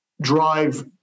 drive